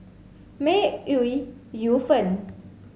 May Ooi Yu Fen